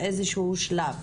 באיזשהו שלב,